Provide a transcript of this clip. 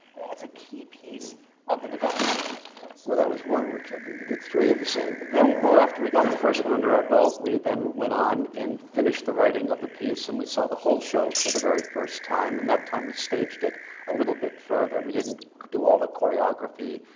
it's a key piece of the development of it for us. well, that was one workshop. but you did three of the same? well, after we got the first one under our belt, we then went on and finished the writing of the piece and we saw the whole show for the very first time. and that time, we staged it a little bit further. we didn't do all the choreography,